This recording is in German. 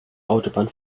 autobahn